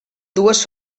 dues